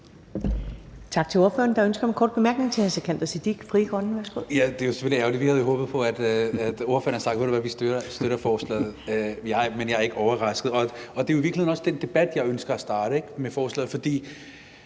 Tak til ordføreren. Der er ønske om en kort bemærkning fra hr. Sikandar Siddique,